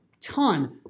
ton